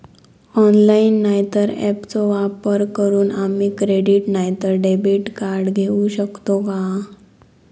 Online नाय तर ऍपचो वापर करून आम्ही क्रेडिट नाय तर डेबिट कार्ड घेऊ शकतो का?